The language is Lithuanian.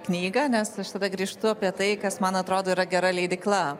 knygą nes aš tada grįžtu apie tai kas man atrodo yra gera leidykla